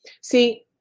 See